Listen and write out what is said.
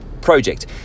project